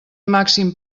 màxim